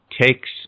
takes